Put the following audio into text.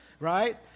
Right